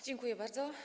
Dziękuję bardzo.